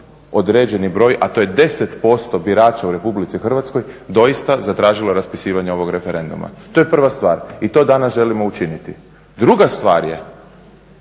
određeni broj, a to je 10% birača u Republici Hrvatskoj, doista zatražilo raspisivanje ovog referenduma. To je prva stvar i to danas želimo učiniti. Druga stvar je